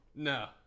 No